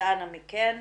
אז אנא מכם,